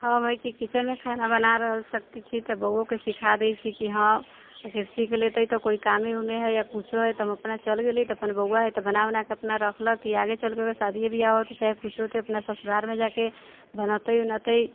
हम हइ कि किचनमे खाना बना रहल सभ किछु छी तऽ बौओके सीखा दैत छी कि हँ अगर सीख लेतै तऽ कोइ कामे उमे हइ या किछो हइ तऽ हम अपना चलि गेली तऽ बौआ हइ तऽ बना उना कऽ अपना रखलक कि आगे चलिके शादीये बिआह होतै चाहे किछो होतै अपना ससुरालमे जा कऽ बनौतै उनौतै